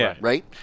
right